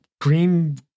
green